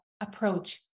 approach